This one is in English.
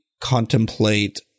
contemplate